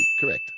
correct